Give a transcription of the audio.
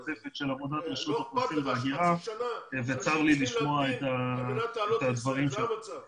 צר לי לשמוע את הדברים שנאמרים כאן.